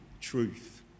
truth